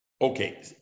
Okay